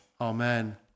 Amen